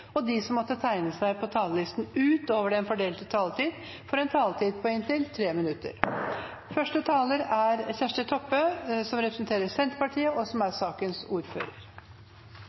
og de som måtte tegne seg på talerlisten utover den fordelte taletid, får også en taletid på inntil 3 minutter. Covid-19-pandemien har aktualisert behovet for tilstrekkeleg intensivkapasitet. Noreg har omtrent det same talet på intensivplassar som